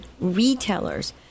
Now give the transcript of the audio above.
retailers